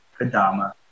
kadama